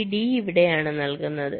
ഈ ഡി ഇവിടെയാണ് നൽകുന്നത്